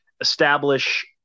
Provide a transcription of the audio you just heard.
establish